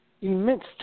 Immense